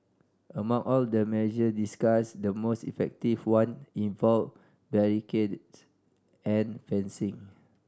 among all the measure discussed the most effective one involved barricades and fencing